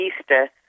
Easter